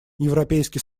европейский